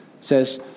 says